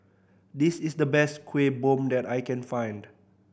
this is the best Kueh Bom that I can find